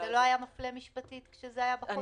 וזה לא היה מפלה משפטית כשזה היה בחוזר?